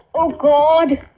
oh god!